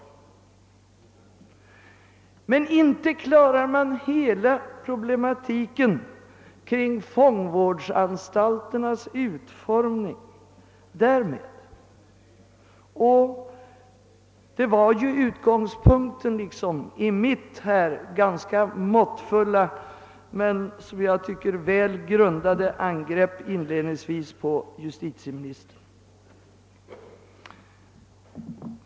Men inte klarar man hela problematiken kring fångvårdsanstalternas utformning därmed. Detta var utgångspunkten i det ganska måttfulla men som jag tycker väl grundade angrepp som jag inledningsvis gjorde på justitieministern.